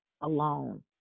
alone